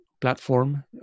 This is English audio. platform